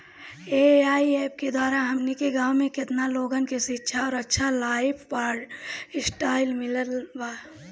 AIF के द्वारा हमनी के गांव में केतना लोगन के शिक्षा और अच्छा लाइफस्टाइल मिलल बा